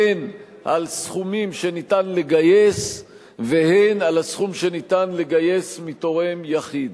הן על סכומים שאפשר לגייס והן על הסכום שאפשר לגייס מתורם יחיד.